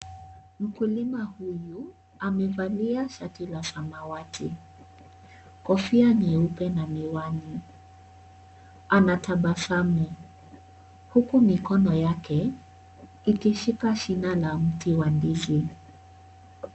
Mkulima huyu amevalia shati la samawati, kofia nyeupe na miwani. Anatabasamu huku mikono yake ikishika shina la mti wa ndizi.